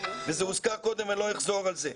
וזה הוזכר קודם ואני לא אחזור על זה.